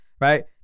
Right